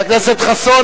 חבר הכנסת חסון,